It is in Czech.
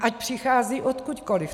Ať přichází odkudkoliv.